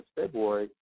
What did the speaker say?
February